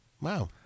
wow